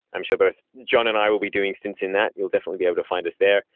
i'm sure both jon and i will be doing stints in that. you'll definitely be able to find us there.